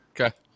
Okay